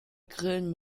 grillen